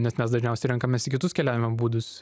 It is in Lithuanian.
nes mes dažniausiai renkamės į kitus keliavimo būdus